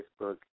Facebook